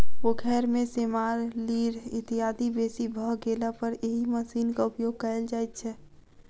पोखैर मे सेमार, लीढ़ इत्यादि बेसी भ गेलापर एहि मशीनक उपयोग कयल जाइत छै